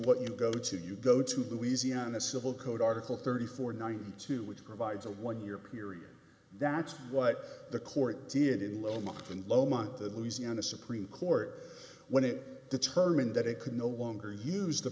what you go to you go to louisiana civil code article thirty four ninety two which provides a one year period that's what the court did in wilmington low month the louisiana supreme court when it determined that it could no longer use the